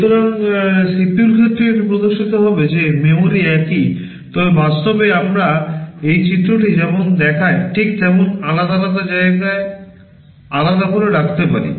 সুতরাং CPUর ক্ষেত্রে এটি প্রদর্শিত হবে যে memory একই তবে বাস্তবে আমরা এই চিত্রটি যেমন দেখায় ঠিক তেমন আলাদা আলাদা জায়গায় আলাদা করে রাখতে পারি